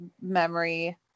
memory